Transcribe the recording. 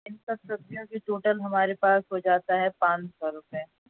اِن سب سزیوں کی ٹوٹل ہمارے پاس ہو جاتا ہے پانچ سو روپیے